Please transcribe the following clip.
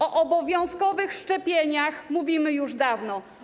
O obowiązkowych szczepieniach mówimy już dawno.